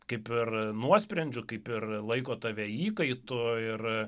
kaip ir nuosprendžiu kaip ir laiko tave įkaitu ir